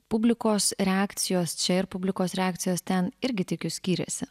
publikos reakcijos čia ir publikos reakcijos ten irgi tikiu skyrėsi